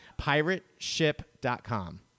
PirateShip.com